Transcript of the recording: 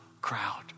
crowd